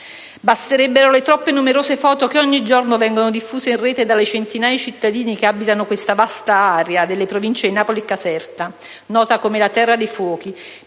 Basterebbero le troppo numerose foto che ogni giorno vengono diffuse in rete dalle centinaia di cittadini che abitano questa vasta area delle province di Napoli e Caserta, nota come la «terra dei fuochi»,